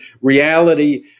reality